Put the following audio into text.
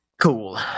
Cool